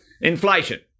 Inflation